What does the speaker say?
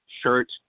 shirt